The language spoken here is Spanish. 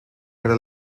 era